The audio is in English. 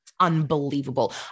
unbelievable